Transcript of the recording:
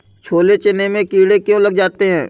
छोले चने में कीड़े क्यो लग जाते हैं?